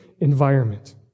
environment